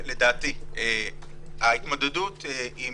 לדעתי, ההתמודדות עם